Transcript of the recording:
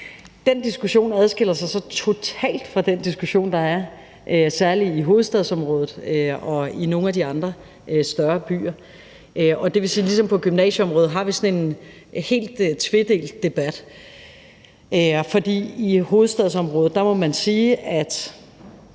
Den diskussion adskiller sig så totalt fra den diskussion, der er særlig i hovedstadsområdet og i nogle af de andre større byer. Det vil sige, at ligesom på gymnasieområdet har vi sådan en helt tvedelt debat. For i hovedstadsområdet må man sige, at